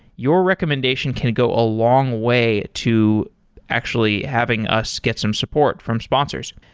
your recommendation can go a long way to actually having us get some support from sponsors.